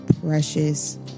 precious